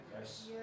Yes